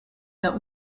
der